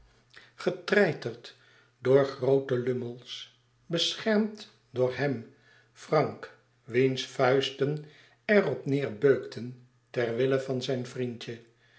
getreiterd door groote lummels beschermd door hem frank wiens vuisten er op neêr beukten ter wille van zijn vriendje